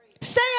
Stay